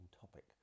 topic